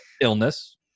illness